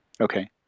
Okay